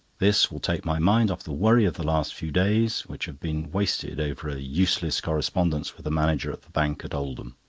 this will take my mind off the worry of the last few days, which have been wasted over a useless correspondence with the manager of the bank at oldham.